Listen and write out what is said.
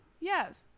Yes